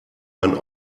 man